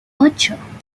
ocho